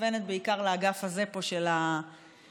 מכוונת בעיקר לאגף הזה של הבית,